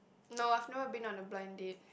no I've never been on a blind date